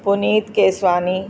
Puneet Keswani